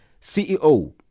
CEO